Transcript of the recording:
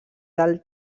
del